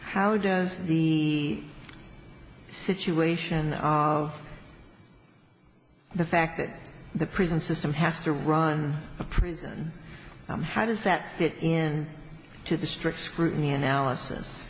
how does the situation of the fact that the prison system has to run a prison how does that fit in to the strict scrutiny analysis